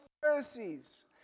Pharisees